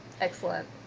excellent